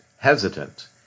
hesitant